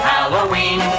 Halloween